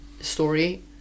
story